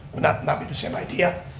not not be the same idea?